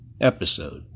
episode